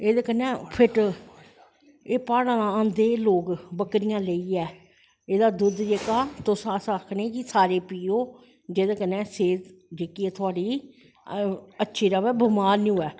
एह्दे कन्नैं खिट्ट एह् प्हाड़ें दा आंदे बकरियां लेईयै इस दा दुद्ध तुस अस आक्खनें कि सारे पियोे जेह्दे कन्नै ऐ सेह्त जेह्की थोआढ़ी अच्छी रवै बमार नी होऐ